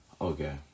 Okay